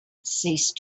ceased